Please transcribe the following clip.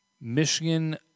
Michigan